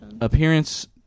Appearance